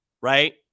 right